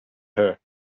her